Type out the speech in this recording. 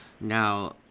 Now